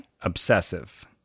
obsessive